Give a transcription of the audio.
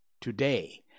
today